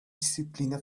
disciplina